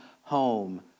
home